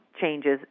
changes